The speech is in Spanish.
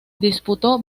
disputó